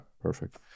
perfect